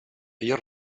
ella